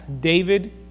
David